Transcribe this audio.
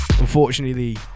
Unfortunately